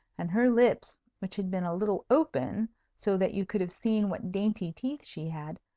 and her lips, which had been a little open so that you could have seen what dainty teeth she had,